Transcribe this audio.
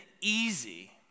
easy